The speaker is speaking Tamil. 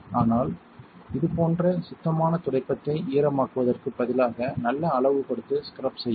ஆனால் இது போன்ற சுத்தமான துடைப்பத்தை ஈரமாக்குவதற்கு பதிலாக நல்ல அளவு கொடுத்து ஸ்க்ரப் செய்யவும்